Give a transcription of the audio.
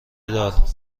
دار